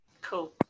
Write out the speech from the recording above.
Cool